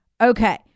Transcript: Okay